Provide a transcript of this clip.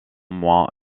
moins